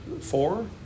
four